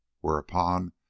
whereupon